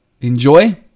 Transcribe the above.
enjoy